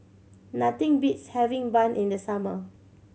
nothing beats having bun in the summer